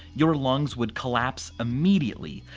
your lungs would collapse immediately,